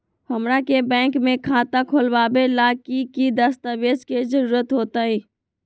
हमरा के बैंक में खाता खोलबाबे ला की की दस्तावेज के जरूरत होतई?